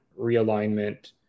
realignment